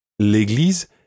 L'église